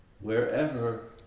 wherever